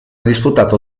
disputato